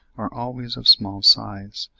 are always of small size,